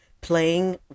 playing